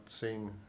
seeing